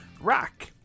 rock